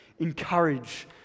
encourage